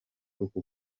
uku